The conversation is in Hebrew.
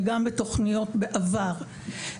וגם בתכניות בעבר.